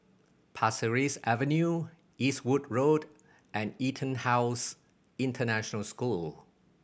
Pasir Ris Avenue Eastwood Road and EtonHouse International School